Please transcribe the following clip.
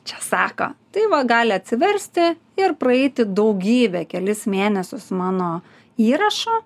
čia sako tai va gali atsiversti ir praeiti daugybę kelis mėnesius mano įrašo